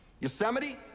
Yosemite